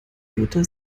beete